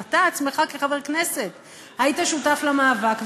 אתה עצמך כחבר כנסת היית שותף למאבק,